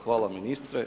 Hvala ministre.